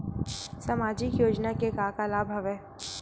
सामाजिक योजना के का का लाभ हवय?